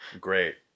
Great